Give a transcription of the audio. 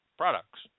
products